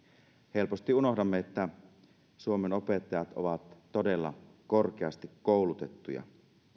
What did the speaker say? helposti unohdamme että suomen opettajat ovat todella korkeasti koulutettuja